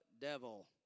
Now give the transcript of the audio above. devil